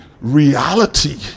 reality